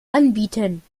anbieten